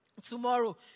tomorrow